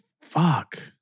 fuck